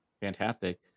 fantastic